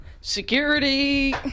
Security